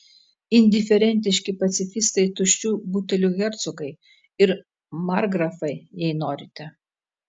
indiferentiški pacifistai tuščių butelių hercogai ir markgrafai jei norite